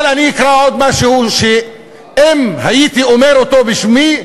אבל אני אקרא עוד משהו, שאם הייתי אומר אותו בשמי,